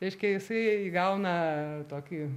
reiškia jisai įgauna tokį